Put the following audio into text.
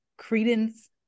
credence